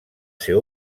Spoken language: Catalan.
ser